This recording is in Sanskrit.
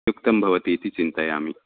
युक्तं भवति इति चिन्तयामि